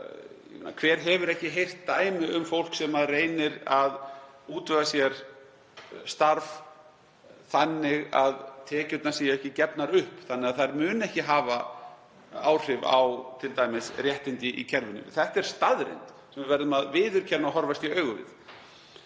Hver hefur ekki heyrt dæmi um fólk sem reynir að útvega sér starf þannig að tekjurnar séu ekki gefnar upp þannig að þær muni ekki hafa áhrif á réttindi í kerfinu? Það er staðreynd sem við verðum að viðurkenna og horfast í augu við.